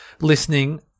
listening